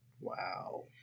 Wow